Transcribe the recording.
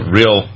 real